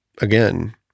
again